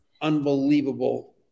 unbelievable